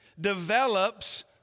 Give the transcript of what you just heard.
develops